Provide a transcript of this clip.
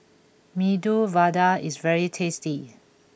Medu Vada is very tasty